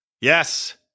Yes